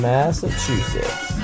Massachusetts